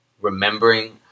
remembering